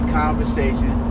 conversation